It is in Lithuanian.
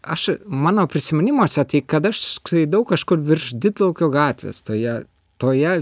aš mano prisiminimuose tai kad aš skraidau kažkur virš didlaukio gatvės toje toje